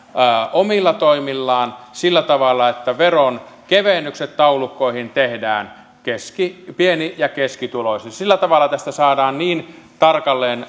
omilla toimillaan sillä tavalla että veronkevennykset taulukkoihin tehdään pieni ja keskituloisille sillä tavalla tästä saadaan niin tarkalleen